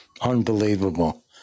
unbelievable